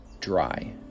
dry